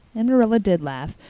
and marilla did laugh,